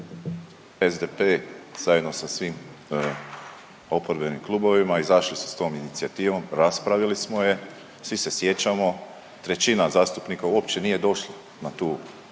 SDP zajedno sa svim oporbenim klubovima izašao je sa tom inicijativom, raspravili smo je, svi se sjećamo većina zastupnika uopće nije došla na tu